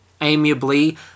amiably